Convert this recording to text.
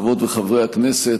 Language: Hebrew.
חברות וחברי הכנסת,